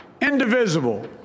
indivisible